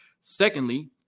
Secondly